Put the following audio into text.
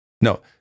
no